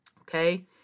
Okay